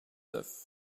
neuf